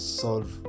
solve